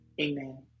Amen